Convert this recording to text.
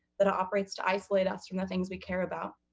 that offers to isolate us from the things we care about,